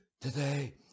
Today